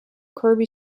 kirby